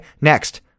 Next